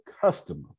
customer